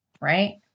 Right